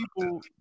people